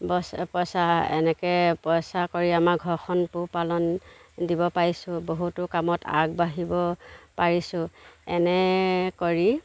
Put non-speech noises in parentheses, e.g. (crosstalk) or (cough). (unintelligible) পইছা এনেকৈ পইছা কৰি আমাৰ ঘৰখন পোহপালন দিব পাৰিছোঁ বহুতো কামত আগবাঢ়িব পাৰিছোঁ এনে কৰি